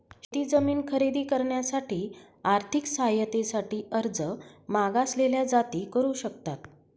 शेत जमीन खरेदी करण्यासाठी आर्थिक सहाय्यते साठी अर्ज मागासलेल्या जाती करू शकतात